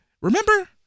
Remember